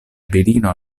virino